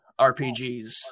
RPGs